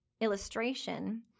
illustration